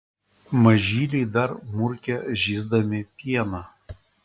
mažyliai dar murkia žįsdami pieną